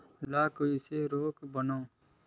ला कइसे रोक बोन?